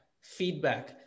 Feedback